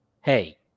hey